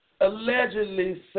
allegedly